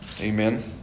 Amen